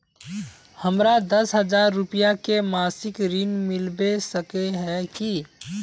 हमरा दस हजार रुपया के मासिक ऋण मिलबे सके है की?